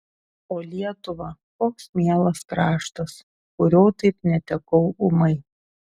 o lietuva koks mielas kraštas kurio taip netekau ūmai